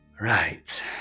right